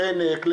לחנק,